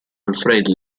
alfredo